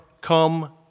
come